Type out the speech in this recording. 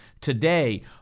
today